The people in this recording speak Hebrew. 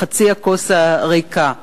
על חצי הכוס הריקה.